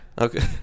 Okay